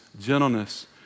gentleness